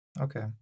Okay